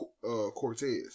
Cortez